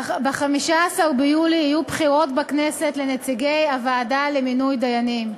ב-15 ביולי יהיו בחירות בכנסת לנציגי הוועדה לבחירת דיינים.